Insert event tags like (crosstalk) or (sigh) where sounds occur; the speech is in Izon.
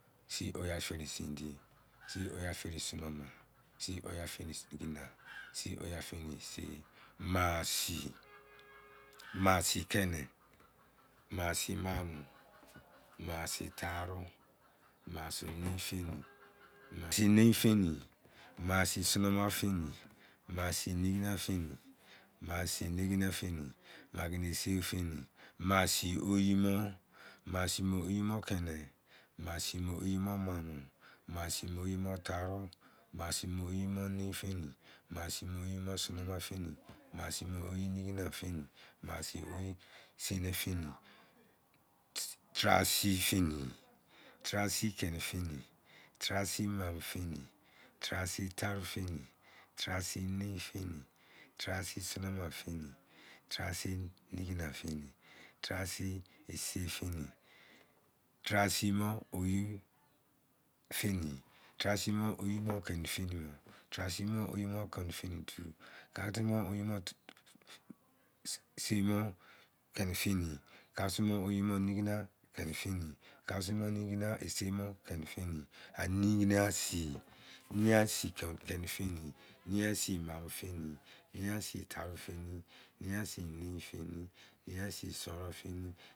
Sii oyi a feni sindiye, sii oyi a feni sonoma, sii oyia feni nigina, sii oyi a feni ise, maa sii, maa sii keni, maa sii maamo maa sii taaro, maa sii nein feni, maa sii sonron feni, maa sii sindiye femi, maa sii sonoma feni, maa sii nigina feni, maa sii ise feni, maa sii oyi mo, maa sii mo oyi mo keni, maa sii mo oyi mo maamo, maa sii mo oyi me taaru, maa sii mo oyi mo nein feni, maa sii mo oyi mo sonoma feni, maa sii mo oyi nigiriq feni, maa sii mo oyi sin diye feni, taara sii feni, taara sii keni feni, taara sii maamo feni, taara sii taaru feni, taara sii nein feni, taara sii sonoma feni, taara sii nigina feni, taara sii ise feni, taara mo oyi feni, (hesitation) (unintelligible) (unintelligible) (hesitation) (unintelligible) nein a sii, nein a sii keni feni, nein a sii maamu feni, nein a sii taaru feni, nein a sii sonron feni